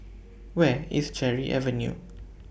Where IS Cherry Avenue